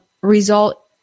result